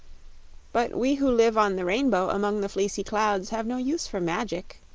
but we who live on the rainbow among the fleecy clouds have no use for magic,